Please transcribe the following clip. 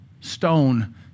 stone